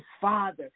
father